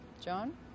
John